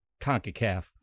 CONCACAF